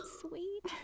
sweet